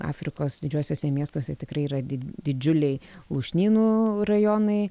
afrikos didžiuosiuose miestuose tikrai yra didžiuliai lūšnynų rajonai